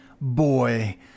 boy